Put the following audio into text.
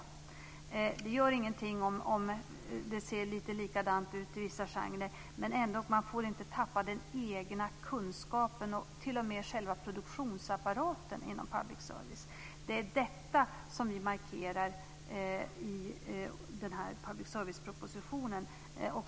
Det gör ingenting om det ser likadant ut i vissa genrer, men man får inte tappa den egna kunskapen och t.o.m. själva produktionsapparaten inom public service. Det är detta som vi markerar i den här propositionen.